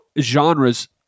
genres